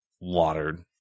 watered